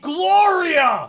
Gloria